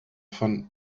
von